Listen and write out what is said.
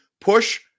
push